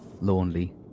Lonely